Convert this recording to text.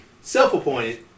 self-appointed